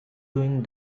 doing